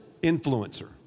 influencer